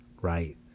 Right